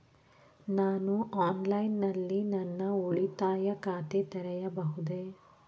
ನಾನು ಆನ್ಲೈನ್ ನಲ್ಲಿ ನನ್ನ ಉಳಿತಾಯ ಖಾತೆ ತೆರೆಯಬಹುದೇ?